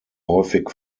häufig